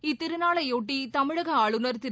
இத்திருநாளையொட்டி தமிழக ஆளுநர் திரு